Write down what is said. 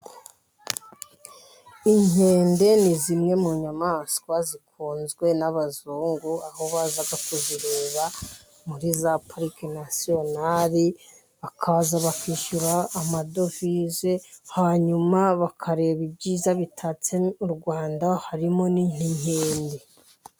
Inkende ni zimwe mu nyamaswa zikunzwe n'abazungu, aho baza kuzireba muri za pariki nasiyonali, bakaza bakishyura amadovize, hanyuma bakareba ibyiza bitatse u Rwanda harimo nk'inkende.